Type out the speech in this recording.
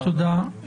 תודה רבה.